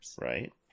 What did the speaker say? Right